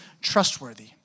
trustworthy